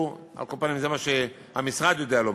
על כל פנים זה מה שהמשרד יודע לומר,